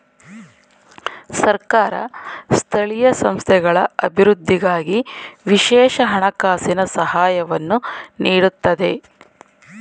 ಸರ್ಕಾರ ಸ್ಥಳೀಯ ಸಂಸ್ಥೆಗಳ ಅಭಿವೃದ್ಧಿಗಾಗಿ ವಿಶೇಷ ಹಣಕಾಸಿನ ಸಹಾಯವನ್ನು ನೀಡುತ್ತದೆ